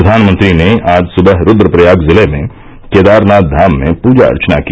प्रधानमंत्री ने आज सुबह रूद्रप्रयाग जिले में केदारनाथ धाम में पूजा अर्चना की